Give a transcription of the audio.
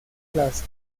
las